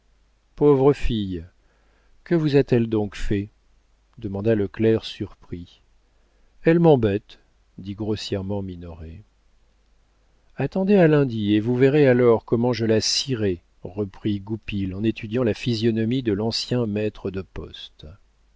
pauvre fille que vous a-t-elle donc fait demanda le clerc surpris elle m'embête dit grossièrement minoret attendez à lundi et vous verrez alors comment je la scierai reprit goupil en étudiant la physionomie de l'ancien maître de poste